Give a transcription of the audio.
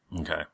Okay